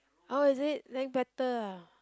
oh is it then better ah